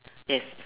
yes